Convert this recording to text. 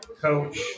Coach